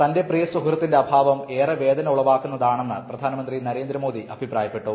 തൂന്റെ പ്രിയ സുഹൃത്തിന്റെ അഭാവം ഏറെ വേദന ഉളവാക്കുന്നത്രണെന്ന് പ്രധാനമന്ത്രി നരേന്ദ്ര മോദി അഭിപ്രായപ്പെട്ടു